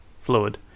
fluid